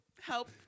help